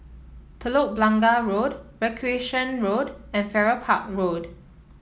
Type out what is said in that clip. Telok Blangah Road Recreation Road and Farrer Park Road